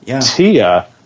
Tia